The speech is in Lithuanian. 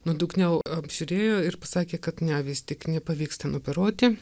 nuodugniau apžiūrėjo ir pasakė kad ne vis tik nepavyks ten operuoti